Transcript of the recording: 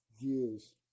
views